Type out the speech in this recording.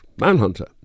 Manhunter